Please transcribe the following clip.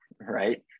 right